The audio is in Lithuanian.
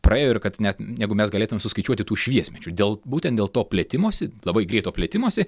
praėjo ir kad net negu mes galėtume suskaičiuoti tų šviesmečių dėl būtent dėl to plėtimosi labai greito plėtimosi